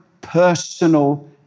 personal